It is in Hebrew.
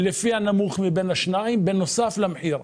לפי הנמוך מבין השניים בנוסף למחיר.